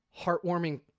heartwarming